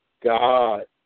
God